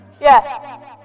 Yes